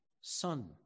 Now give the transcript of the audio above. son